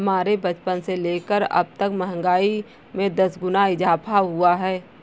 हमारे बचपन से लेकर अबतक महंगाई में दस गुना इजाफा हुआ है